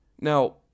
Now